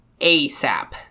ASAP